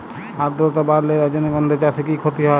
আদ্রর্তা বাড়লে রজনীগন্ধা চাষে কি ক্ষতি হয়?